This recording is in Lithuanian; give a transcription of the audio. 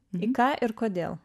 į ką ir kodėl